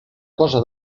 cosa